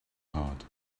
heart